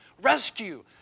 Rescue